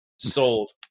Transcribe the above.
Sold